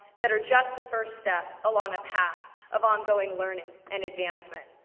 that are just the first step along a path of ongoing learning and advancement.